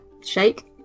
shake